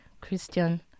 Christian